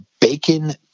bacon